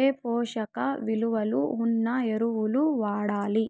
ఏ పోషక విలువలు ఉన్న ఎరువులు వాడాలి?